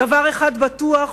דבר אחד בטוח,